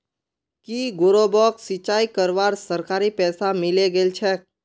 की गौरवक सिंचाई करवार सरकारी पैसा मिले गेल छेक